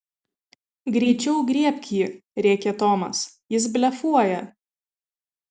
greičiau griebk jį rėkė tomas jis blefuoja